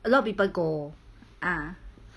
a lot of people go ah